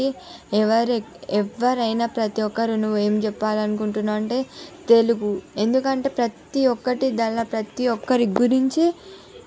కాబట్టి ఎవరు ఎవ్వరైనా ప్రతి ఒక్కరూ నువ్వేం చెప్పాలనుకుంటున్నావు అంటే తెలుగు ఎందుకంటే ప్రతి ఒక్కటి దాంట్ల ప్రతి ఒక్కరి గురించి